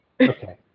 Okay